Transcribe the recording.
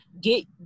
Get